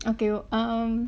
okay well um